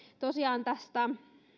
tosiaan tästä